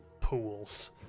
pools